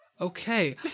Okay